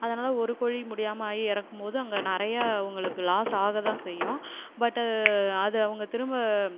அதனால் ஒரு கோழி முடியாமல் ஆகி இறக்கும் போது அங்கே நிறைய அவங்களுக்கு லாஸ் ஆக தான் செய்யும் பட் அது அவங்க திரும்ப